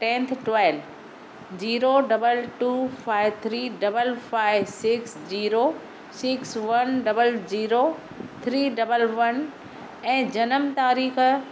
tenth twelfth zero double two five three double five six zero six one double zero three double one ऐं जनम तारीख़